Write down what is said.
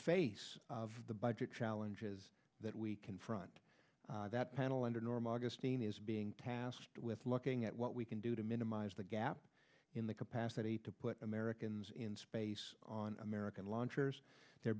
face of the budget challenges that we confront that panel under normal augustine is being tasked with looking at what we can do to minimize the gap in the capacity to put americans in space on american launchers they're